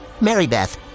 Marybeth